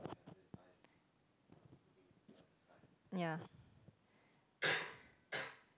ya